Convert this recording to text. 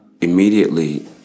immediately